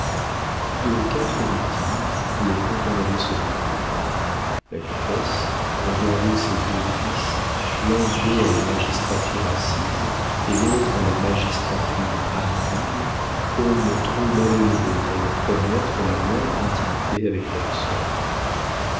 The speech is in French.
quatre victimes le comte en avait sauvé deux la comtesse regardait ses deux fils l'un voué à la magistrature assise et l'autre à la magistrature amovible comme trop mal élevés pour leur permettre la moindre intimité avec leurs sœurs